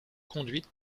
conduite